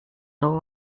all